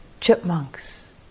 chipmunks